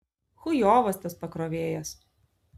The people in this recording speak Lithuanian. chujovas tas pakrovėjas